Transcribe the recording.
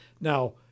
now